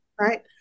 right